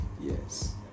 Yes